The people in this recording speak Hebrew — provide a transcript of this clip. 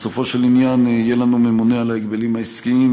בסופו של עניין יהיה לנו ממונה על ההגבלים העסקיים,